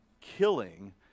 killing